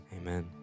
Amen